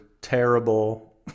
terrible